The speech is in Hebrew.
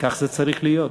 וכך זה צריך להיות,